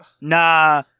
nah